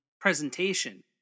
presentation